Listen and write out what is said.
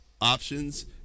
options